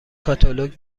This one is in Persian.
کاتالوگ